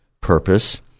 purpose